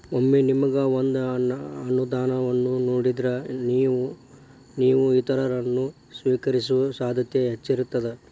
ಒಮ್ಮೆ ನಿಮಗ ಒಂದ ಅನುದಾನವನ್ನ ನೇಡಿದ್ರ, ನೇವು ಇತರರನ್ನ, ಸ್ವೇಕರಿಸೊ ಸಾಧ್ಯತೆ ಹೆಚ್ಚಿರ್ತದ